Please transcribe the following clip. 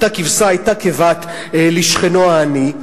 אותה כבשה היתה כבת לשכנו העני.